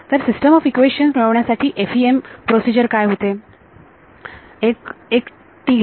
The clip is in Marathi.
तर सिस्टम ऑफ इक्वेशन्स मिळवण्यासाठी FEM प्रोसिजर काय होते एक एक घ्यायचा